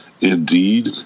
indeed